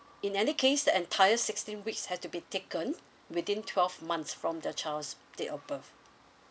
in any case the entire sixteen weeks have to be taken within twelve months from the child's date of birth